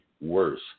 worse